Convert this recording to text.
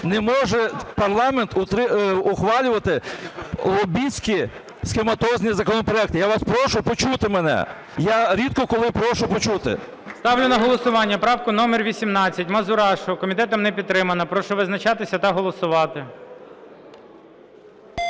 Не може парламент ухвалювати лобістські, "схематозні" законопроекти. Я вас прошу почути мене. Я рідко, коли прошу почути. ГОЛОВУЮЧИЙ. Ставлю на голосування правку номер 18 Мазурашу. Комітетом не підтримана. Прошу визначатися та голосувати.